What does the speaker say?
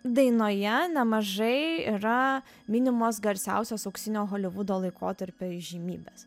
dainoje nemažai yra minimos garsiausios auksinio holivudo laikotarpio įžymybės